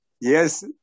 Yes